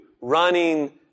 running